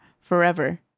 forever